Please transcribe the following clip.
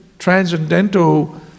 Transcendental